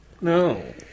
no